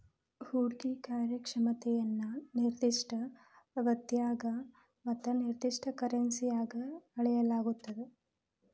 ಹೂಡ್ಕಿ ಕಾರ್ಯಕ್ಷಮತೆಯನ್ನ ನಿರ್ದಿಷ್ಟ ಅವಧ್ಯಾಗ ಮತ್ತ ನಿರ್ದಿಷ್ಟ ಕರೆನ್ಸಿನ್ಯಾಗ್ ಅಳೆಯಲಾಗ್ತದ